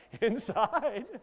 Inside